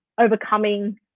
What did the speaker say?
overcoming